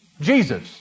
Jesus